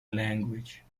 language